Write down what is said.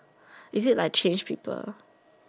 is it like change people